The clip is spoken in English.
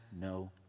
no